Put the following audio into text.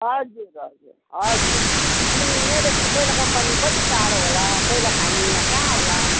हजुर हजुर हजुर अनि यहाँदेखि कोइला कम्पनी कति टाढो होला कोइला खानी यहाँ कहाँ होला